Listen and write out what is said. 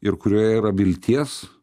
ir kurioje yra vilties